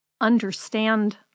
understand